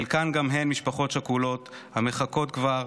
חלקן גם הן משפחות שכולות המחכות כבר